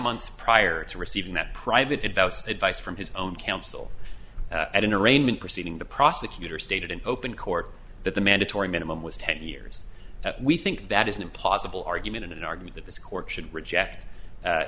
months prior to receiving that private invested vice from his own counsel at an arraignment proceeding the prosecutor stated in open court that the mandatory minimum was ten years that we think that is an impossible argument in an argument that this court should reject